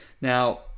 Now